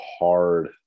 hard